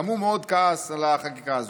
גם הוא מאוד כעס על החקיקה הזאת.